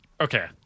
Okay